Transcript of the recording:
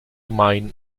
mind